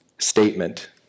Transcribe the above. statement